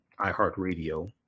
iHeartRadio